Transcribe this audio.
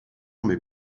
mais